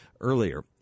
earlier